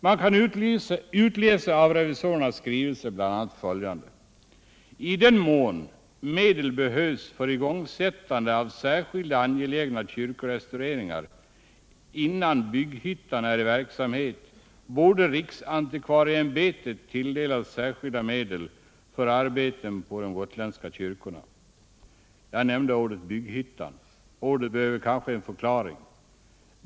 Man kan utläsa av revisorernas skrivelse bl.a. följande: I den mån medel behövs för igångsättande av särskilt angelägna kyrkorestaureringar innan bygghyttan är i verksamhet borde riksantikvarieämbetet tilldelas särskilda medel för arbeten på de gotländska kyrkorna. Jag nämnde ordet bygghyttan. Ordet behöver kanske en förklaring.